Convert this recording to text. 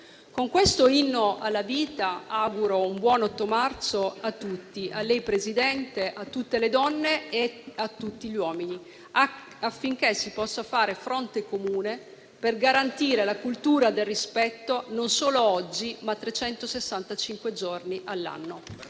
Con questo inno alla vita auguro un buon 8 marzo a tutti, a lei, signor Presidente, a tutte le donne e a tutti gli uomini, affinché si possa fare fronte comune per garantire la cultura del rispetto, non solo oggi, ma trecentosessantacinque